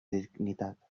dignitat